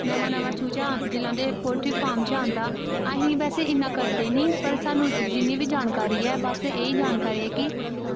नमां नमां चूचा जिसलै पोल्ट्री फार्म च आंदा अस बैसे इन्ना करदे नी बैसे जिन्नी बी जानकारी ऐ बस एही जानकारी ऐ कि